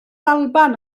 alban